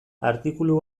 artikulu